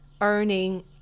earning